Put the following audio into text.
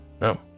No